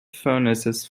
furnaces